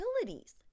utilities